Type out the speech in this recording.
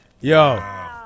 Yo